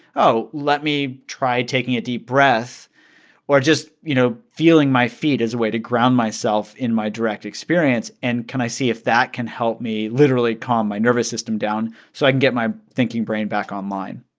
oh, let me try taking a deep breath or just, you know, feeling my feet as a way to ground myself in my direct experience. and can i see if that can help me literally calm my nervous system down so i can get my thinking brain back online?